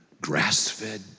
grass-fed